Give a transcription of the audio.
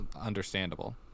understandable